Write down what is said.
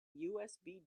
usb